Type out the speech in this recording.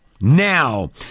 now